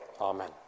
Amen